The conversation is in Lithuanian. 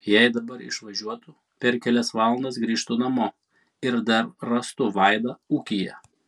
jei dabar išvažiuotų per kelias valandas grįžtų namo ir dar rastų vaidą ūkyje